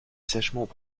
sèchement